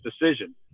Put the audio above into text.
decision